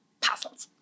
puzzles